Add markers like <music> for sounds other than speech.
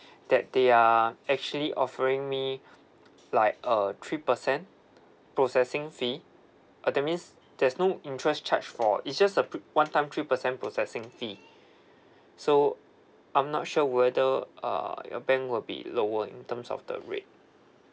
that they are actually offering me <breath> like a three percent processing fee uh that means there's no interest charge for is just a pr~ one time three percent processing fee so I'm not sure whether uh your bank will be lower in terms of the rate